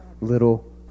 little